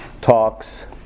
talks